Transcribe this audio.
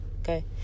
okay